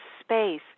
space